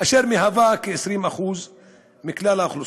אשר מהווה כ-20% מכלל האוכלוסייה.